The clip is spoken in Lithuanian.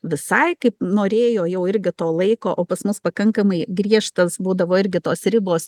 visai kaip norėjo jau irgi to laiko o pas mus pakankamai griežtas būdavo irgi tos ribos